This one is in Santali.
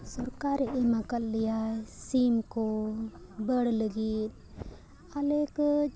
ᱥᱚᱨᱠᱟᱨᱮ ᱮᱢ ᱟᱠᱟᱫ ᱞᱮᱭᱟᱭ ᱥᱤᱢ ᱠᱚ ᱵᱟᱹᱰ ᱞᱟᱹᱜᱤᱫ ᱟᱞᱮ ᱠᱟᱹᱡ